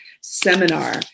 seminar